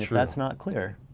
that's not clear.